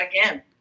again